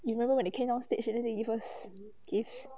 you remember when they came down stage and then they give us gifts